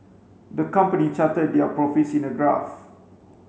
the company charted their profits in a graph